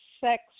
sex